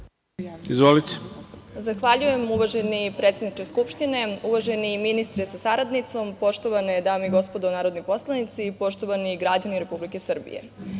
Petrović** Zahvaljujem, uvaženi predsedniče Skupštine. Uvaženi ministre sa saradnicom, poštovane dame i gospodo narodni poslanici, poštovani građani Republike Srbije,